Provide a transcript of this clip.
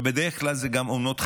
בדרך כלל אלה אומנות חסויות.